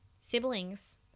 siblings